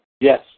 Yes